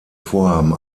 vorhaben